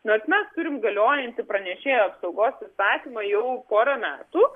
nors mes turime galiojantį pranešėjų apsaugos įstatymą jau porą metų